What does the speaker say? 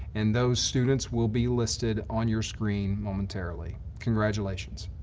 and those students will be listed on your screen momentarily. congratulations.